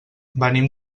venim